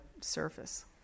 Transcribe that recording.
surface